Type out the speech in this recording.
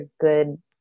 good